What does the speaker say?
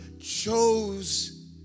chose